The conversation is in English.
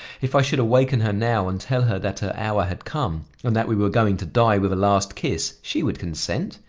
if i should awaken her now and tell her that her hour had come and that we were going to die with a last kiss, she would consent.